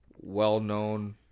well-known